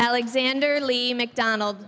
alexander leave mcdonald